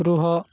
ରୁହ